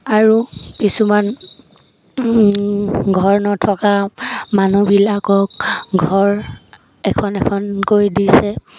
আৰু কিছুমান ঘৰ নথকা মানুহবিলাকক ঘৰ এখন এখনকৈ দিছে